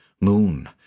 moon